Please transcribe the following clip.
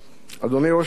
אדוני ראש הממשלה,